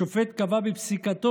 השופט קבע בפסיקתו: